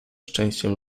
szczęściem